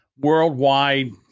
worldwide